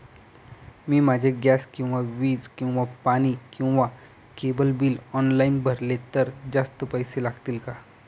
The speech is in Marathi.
मी माझे गॅस किंवा वीज किंवा पाणी किंवा केबल बिल ऑनलाईन भरले तर जास्त पैसे लागतील का?